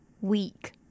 week